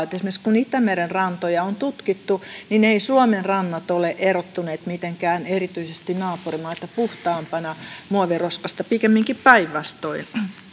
esimerkiksi kun itämeren rantoja on tutkittu niin eivät suomen rannat ole erottuneet mitenkään erityisesti naapurimaita puhtaampina muoviroskasta pikemminkin päinvastoin